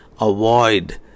avoid